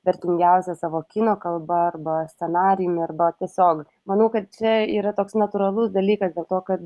vertingiausias savo kino kalba arba scenarijumi arba tiesiog manau kad čia yra toks natūralus dalykas dėl to kad